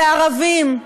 זה ערבים,